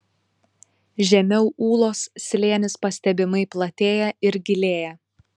žemiau ūlos slėnis pastebimai platėja ir gilėja